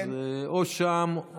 אני מצטער, לשאלות.